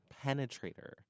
penetrator